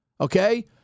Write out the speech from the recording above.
okay